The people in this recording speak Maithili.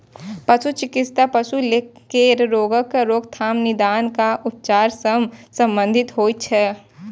पशु चिकित्सा पशु केर रोगक रोकथाम, निदान आ उपचार सं संबंधित होइ छै